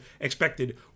expected